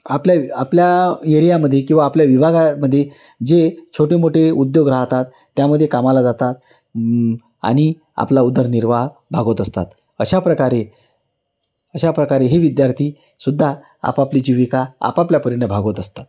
आपल्या आपल्या एरियामध्ये किंवा आपल्या विभागामध्ये जे छोटे मोटे उद्योग राहतात त्यामध्ये कामाला जातात आणि आपला उदरनिर्वाह भागवत असतात अशा प्रकारे अशा प्रकारे हे विद्यार्थी सुद्धा आपापली जीविका आपापल्या परीने भागवत असतात